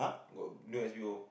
got new S_B_O